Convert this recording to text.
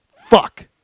Fuck